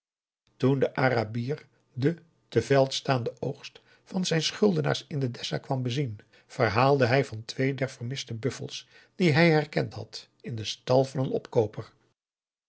toen de arabier den te veld staanden oogst van zijn schuldenaars in de dessa kwam bezien verhaalde hij van twee der vermiste buffels die hij herkend had in den stal van een opkooper